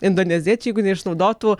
indoneziečiai jeigu neišnaudotų